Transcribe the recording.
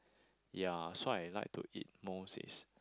ya so I like to eat most is